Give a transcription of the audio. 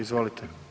Izvolite.